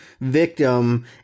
victim